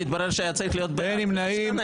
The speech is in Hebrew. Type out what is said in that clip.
הוא ממתין.